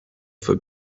for